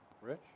Rich